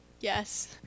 Yes